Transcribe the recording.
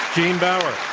gene baur.